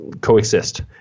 coexist